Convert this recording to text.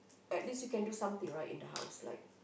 at least you can do something right in the house like